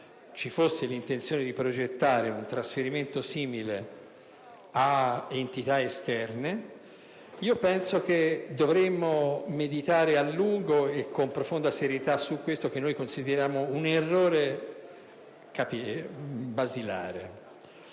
cui ci fosse l'intenzione di progettare un trasferimento simile a entità esterne, penso che dovremmo meditare a lungo e con profonda serietà su questo che sarebbe a nostro avviso un errore basilare,